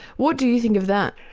what do you think of that?